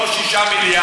לא 6 מיליארד,